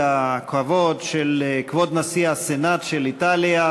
הכבוד של כבוד נשיא הסנאט של איטליה,